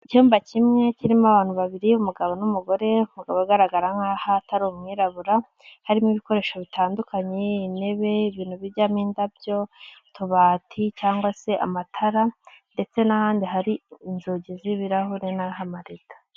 Icyumba kimwe kirimo abantu babiri, umugabo n'umugore, bagaragara nk'aho atari umwirabura, harimo ibikoresho bitandukanye, intebe, ibintu bijyamo indabyo, utubati cyangwa se amatara ndetse n'ahandi hari inzugi z'ibirahure n'ahamalido.